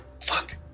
Fuck